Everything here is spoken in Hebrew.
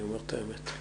אני אומר את האמת.